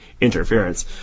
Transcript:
interference